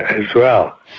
as well.